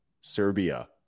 Serbia